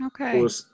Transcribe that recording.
Okay